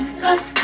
cause